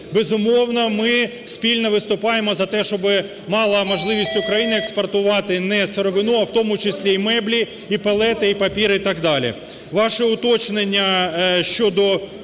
Безумовно, ми спільно виступаємо за те, щоби мала можливість Україна експортувати не сировину, а в тому числі і меблі, і пелети, і папір і так далі.